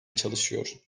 çalışıyor